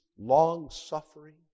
long-suffering